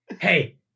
Hey